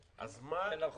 וזה נכון.